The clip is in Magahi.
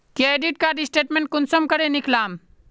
क्रेडिट कार्ड स्टेटमेंट कुंसम करे निकलाम?